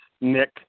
Nick